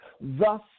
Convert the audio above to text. thus